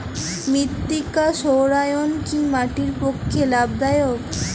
মৃত্তিকা সৌরায়ন কি মাটির পক্ষে লাভদায়ক?